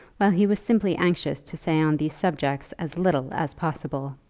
while he was simply anxious to say on these subjects as little as possible.